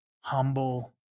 humble